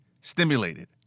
stimulated